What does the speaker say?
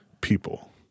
people